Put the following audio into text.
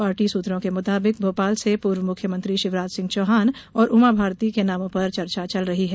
party सूत्रों के मुताबिक भोपाल से पूर्व मुख्यमंत्री शिवराज सिंह चौहान और उमाभारती के नामों पर चर्चा चल रही है